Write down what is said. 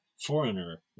foreigner